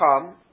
come